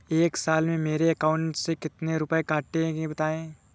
एक साल में मेरे अकाउंट से कितने रुपये कटेंगे बताएँ?